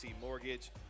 Mortgage